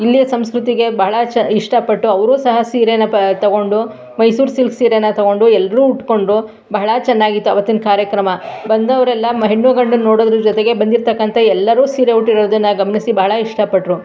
ಇಲ್ಲಿಯ ಸಂಸ್ಕೃತಿಗೆ ಭಾಳ ಚ ಇಷ್ಟಪಟ್ಟು ಅವರು ಸಹ ಸೀರೆಯ ಪ ತಗೊಂಡು ಮೈಸೂರು ಸಿಲ್ಕ್ ಸೀರೆನ ತಗೊಂಡು ಎಲ್ಲರೂ ಉಟ್ಕೊಂಡು ಬಹಳ ಚೆನ್ನಾಗಿತ್ತು ಆವತ್ತಿನ ಕಾರ್ಯಕ್ರಮ ಬಂದವರೆಲ್ಲ ಮ ಹೆಣ್ಣು ಗಂಡು ನೋಡೋದ್ರ್ ಜೊತೆಗೆ ಬಂದಿರ್ತಕ್ಕಂಥ ಎಲ್ಲರೂ ಸೀರೆ ಉಟ್ಟಿರೋದನ್ನು ಗಮನಿಸಿ ಭಾಳ ಇಷ್ಟಪಟ್ಟರು